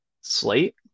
slate